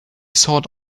sought